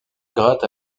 gratte